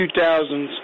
2000s